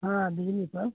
हाँ बिज़ली का